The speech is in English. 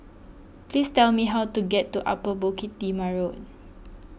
please tell me how to get to Upper Bukit Timah Road